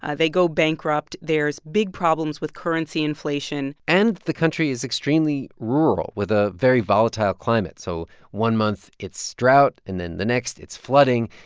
ah they go bankrupt. there's big problems with currency inflation and the country is extremely rural with a very volatile climate. so one month it's drought, and then the next it's flooding.